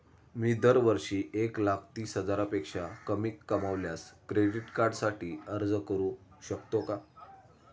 मी दरवर्षी एक लाख तीस हजारापेक्षा कमी कमावल्यास क्रेडिट कार्डसाठी अर्ज करू शकतो का?